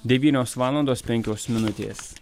devynios valandos penkios minutės